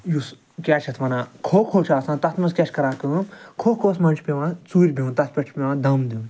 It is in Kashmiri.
یُس کیٛاہ چھِ اتھ وَنان کھُو کھُو چھُ آسان تتھ منٛز چھِ کیٛاہ چھِ کَران کٲم کھُو کھُو وَس منٛز چھُ پیٚوان ژوٗرِ بیٚہون تتھ پٮ۪ٹھ چھُ پیٚوان دم دیٛن